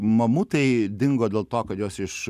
mamutai dingo dėl to kad juos iš